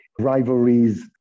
rivalries